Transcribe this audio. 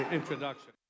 introduction